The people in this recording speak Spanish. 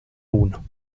uno